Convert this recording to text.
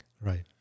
Right